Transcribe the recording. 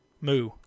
Moo